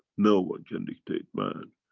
no one can dictate man